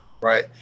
right